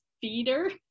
feeder